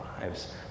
lives